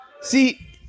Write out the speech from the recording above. See